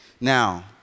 Now